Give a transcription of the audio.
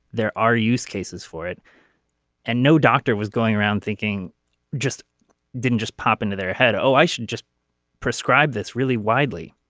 there are use cases for it and no doctor was going around thinking just didn't just pop into their head. oh i should just prescribe this really widely.